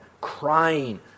crying